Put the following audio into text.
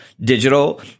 digital